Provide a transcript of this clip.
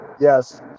yes